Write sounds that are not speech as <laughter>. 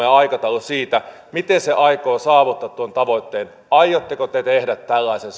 <unintelligible> ja aikataulu siitä miten se aikoo saavuttaa tuon tavoitteen aiotteko te tehdä tällaisen <unintelligible>